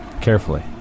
carefully